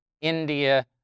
India